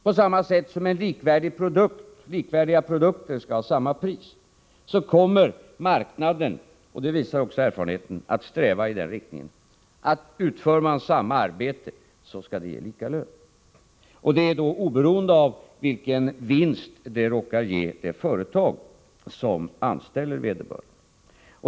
På samma sätt som likvärdiga produkter skall ha samma pris, så kommer marknaden — det visar också erfarenheten — att sträva i den riktningen, att utför man samma arbete, skall man ha lika lön. Detta gäller då oberoende av vilken vinst arbetet råkar ge det företag som anställer vederbörande.